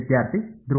ವಿದ್ಯಾರ್ಥಿ ಧ್ರುವ